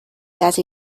that